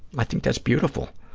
i think that's beautiful.